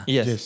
Yes